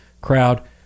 crowd